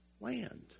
land